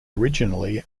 originally